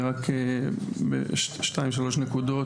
רק במספר נקודות.